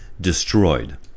destroyed